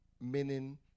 meaning